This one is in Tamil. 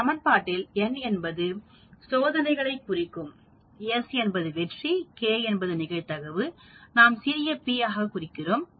இந்த சமன்பாட்டில் n என்பது சோதனைகளை குறிக்கும்s என்பது வெற்றி k நிகழ்தகவை நாம் சிறிய p ஆக கூறுகிறோம்